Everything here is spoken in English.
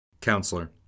Counselor